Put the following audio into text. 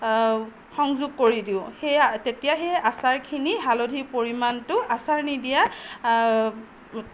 সংযোগ কৰি দিওঁ সেই তেতিয়া সেই আচাৰখিনি হালধিৰ পৰিমাণটো আচাৰ নিদিয়া